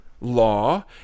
law